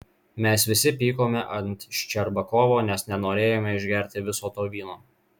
mes visi pykome ant ščerbakovo nes nenorėjome išgerti viso to vyno